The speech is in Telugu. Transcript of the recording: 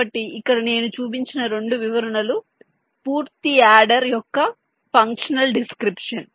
కాబట్టి ఇక్కడ నేను చూపించిన 2 వివరణలు పూర్తి యాడర్ యొక్క ఫంక్షనల్ డి స్క్రిప్షన్స్